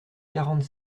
quarante